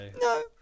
No